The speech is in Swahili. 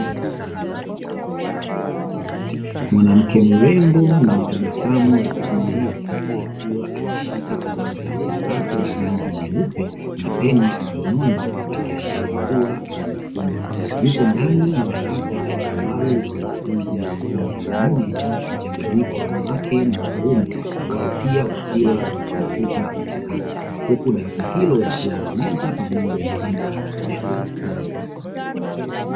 Mwanamke mrembo mwenye tabasamu la kuvutia, akiwa ameshika kompyuta mpakato ya rangi nyeupe na peni mkononi, akiashiria kuwa anajifunza. Yupo ndani ya darasa ambalo lina wanafunzi wengine wanne, mchanganyiko wa wanawake na wanaume na wao pia wakiwa na kompyuta mpakato, huku darasa hilo likiwa na meza pamoja na viti vyeupe.